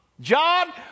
John